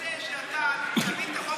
אני רוצה שאתה תביא את החוק שלך.